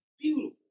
beautiful